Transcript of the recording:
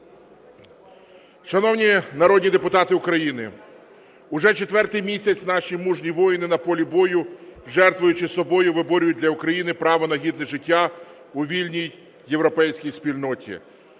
Шановні народні депутати, уже четвертий місяць наші мужні воїни на полі бою, жертвуючи собою, виборюють для України право на гідне життя у вільній європейській спільноті.